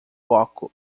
foco